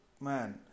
man